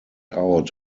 out